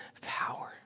power